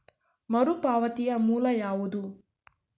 ಮರುಪಾವತಿಯ ಮೂಲ ಯಾವುದು?